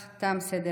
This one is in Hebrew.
בכך תם סדר-היום.